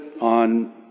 on